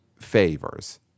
favors